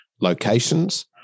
locations